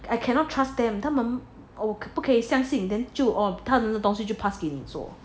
I cannot trust them 他们可不可以相信 then 他们的东西就 pass 给你做